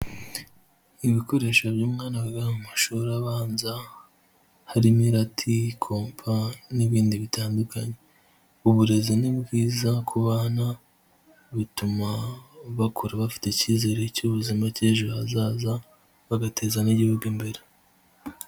Ibikoresho by'umwana wiga mu mashuri abanza, harimo irati, kompa n'ibindi bitandukanye, uburezi ni bwiza ku bana bituma bakura bafite icyizere cy'ubuzima cy'ejo hazaza bagateza n'igihugu imbere.